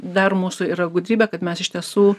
dar mūsų yra gudrybė kad mes iš tiesų